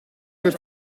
per